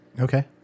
Okay